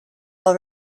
all